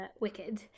wicked